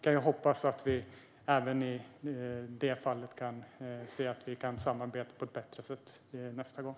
Jag hoppas att vi även i det fallet kan samarbeta på ett bättre sätt nästa gång.